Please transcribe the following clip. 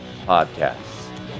podcasts